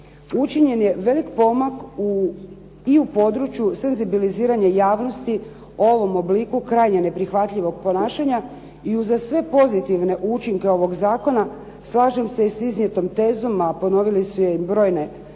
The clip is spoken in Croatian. učinjen je velik pomak i u području senzibiliziranja javnosti u ovom obliku, krajnje neprihvatljivog ponašanja i uza sve pozitivne učinke ovoga zakona. Slažem se i s iznijetom tezom, a ponovili su i brojne